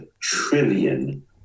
trillion